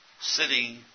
sitting